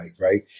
Right